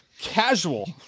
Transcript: casual